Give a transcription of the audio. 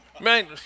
Man